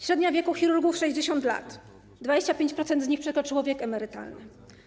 Średnia wieku chirurgów - 60 lat. 25% z nich przekroczyło wiek emerytalny.